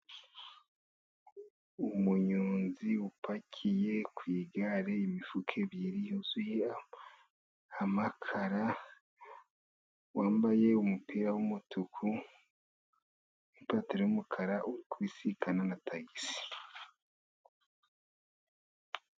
Umunyonzi upakiye ku igare imifuka ebyiri yuzuye amakara, wambaye umupira w'umutuku, n'ipataro y'umukara, uri kubisikana na tagisi.